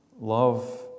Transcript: Love